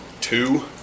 two